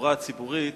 התחבורה הציבורית,